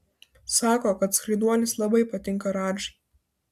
sako kad skraiduolis labai patinka radžai